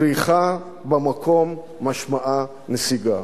דריכה במקום משמעה נסיגה.